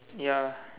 ya